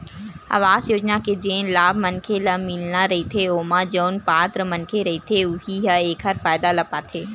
अवास योजना के जेन लाभ मनखे ल मिलना रहिथे ओमा जउन पात्र मनखे रहिथे उहीं ह एखर फायदा ल पाथे